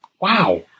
Wow